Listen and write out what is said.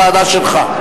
זו הוועדה שלך.